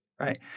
Right